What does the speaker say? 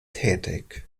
tätig